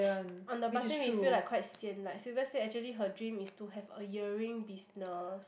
on the bus then we feel like quite sian like Sylvia said actually her dream is to have a earring business